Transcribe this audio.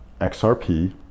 XRP